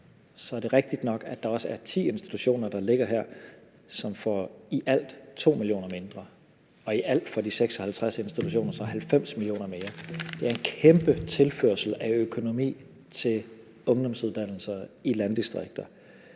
Så er det rigtigt nok, at der også er 10 institutioner, der ligger der, som i alt får 2 mio. kr. mindre. Og i alt får de 56 institutioner så 90 mio. kr. mere. Det er en kæmpe tilførsel af økonomi til ungdomsuddannelser i landdistrikterne.